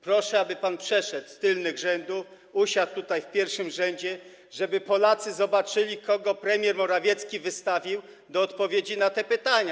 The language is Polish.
Proszę, aby pan przeszedł z tylnych rzędów, usiadł tutaj, w pierwszym rzędzie, żeby Polacy zobaczyli, kogo premier Morawiecki wystawił do odpowiedzi na te pytania.